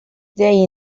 day